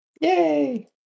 Yay